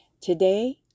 Today